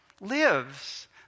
lives